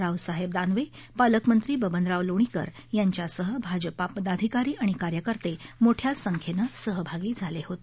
रावसाहेब दानवे पालकंत्री बबनराव लोणीकर यांच्यासह भाजपा पदाधिकारी आणि कार्यकर्ते मोठ्या संख्येनं सहभागी झाले होते